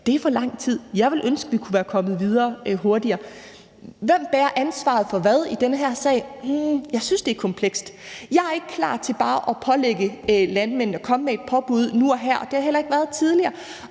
Det er for lang tid. Jeg ville ønske, vi kunne være kommet videre hurtigere. Hvem bærer ansvaret for hvad i den her sag? Jeg synes, det er komplekst. Jeg er ikke klar til bare at pålægge landmændene et påbud nu og her, og det har jeg heller ikke været tidligere,